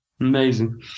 Amazing